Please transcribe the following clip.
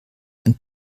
ein